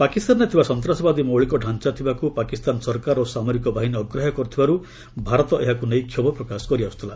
ପାକିସ୍ତାନରେ ସନ୍ତାସବାଦୀ ମୌଳିକତାଞ୍ଚା ଥିବାକୁ ପାକିସ୍ତାନ ସରକାର ଓ ସାମରିକ ବାହିନୀ ଅଗ୍ରାହ୍ୟ କରୁଥିବାରୁ ଭାରତ ଏହାକୁ ନେଇ କ୍ଷୋଭ ପ୍ରକାଶ କରିଆସୁଥିଲା